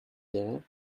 there